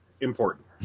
important